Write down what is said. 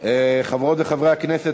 חברות וחברי הכנסת,